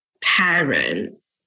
parents